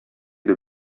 иде